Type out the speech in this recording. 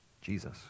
Jesus